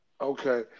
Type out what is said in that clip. okay